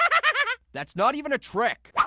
um but that's not even a trick!